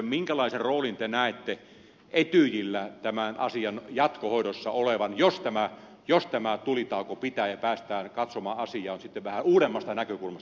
minkälaisen roolin te näette etyjillä tämän asian jatkohoidossa olevan jos tämä tulitauko pitää ja päästään katsomaan asiaa sitten vähän uudemmasta näkökulmasta